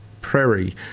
Prairie